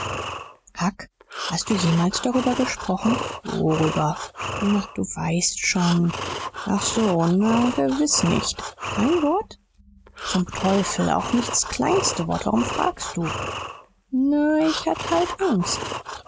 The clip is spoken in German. huck hast du jemals darüber gesprochen worüber na du weißt schon ach so na gewiß nicht kein wort zum teufel auch nicht s kleinste wort warum fragst du na ich hatt halt angst